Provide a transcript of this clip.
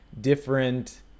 different